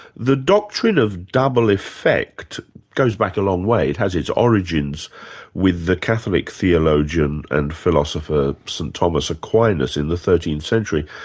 the doctrine of double effect goes back a long way it has its origins with the catholic theologian and philosopher, st thomas aquinas in the thirteenth century.